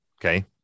okay